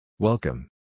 Welcome